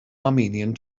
armenian